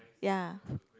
ya